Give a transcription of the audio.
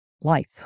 Life